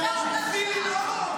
אני מבקש לא להפריע.